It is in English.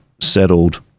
settled